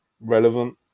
relevant